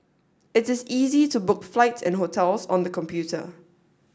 it is easy to book flights and hotels on the computer